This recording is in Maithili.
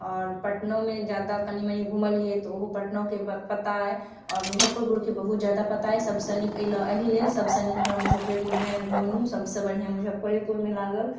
आओर पटनोमे ज्यादा कनि मनि घुमलिए तऽ ओहो पटनोके पता अइ आओर मुज्जफ्फरपुरके बहुत ज्यादा पता अइ सबसँ नीक एहिलेल हमरा सबसँ नीक मुजफ्फरपुरमे घुमलहुँ सबसँ बढ़िआँ मुजफ्फरेपुरमे लागल